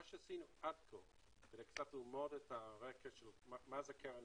מה שעשינו עד כה, כדי ללמוד את הרקע של הקרן,